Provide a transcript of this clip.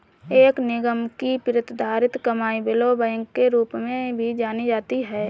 एक निगम की प्रतिधारित कमाई ब्लोबैक के रूप में भी जानी जाती है